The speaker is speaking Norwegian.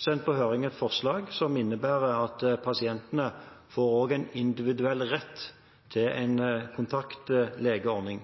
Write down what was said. sendt på høring et forslag som innebærer at pasientene også får en ordning med individuell rett til en kontaktlege.